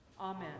Amen